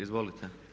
Izvolite.